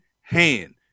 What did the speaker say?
hand